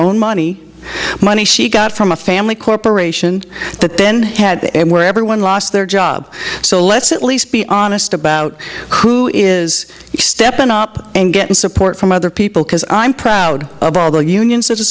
own money money she got from a family corporation that then had to end where everyone lost their job so let's at least be honest about who is stepping up and getting support from other people because i'm proud of all the unions that are